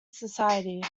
society